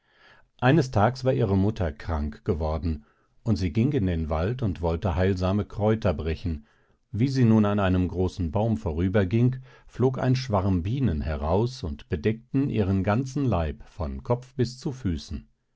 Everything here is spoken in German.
eines tags war ihre mutter krank geworden und sie ging in den wald und wollte heilsame kräuter brechen wie sie nun an einem großen baum vorüber ging flog ein schwarm bienen heraus und bedeckten ihren ganzen leib von kopf bis zu füßen